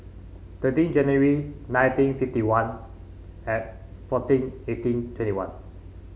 thirteen January nineteen fifty one and fourteen eighteen twenty one